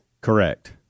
Correct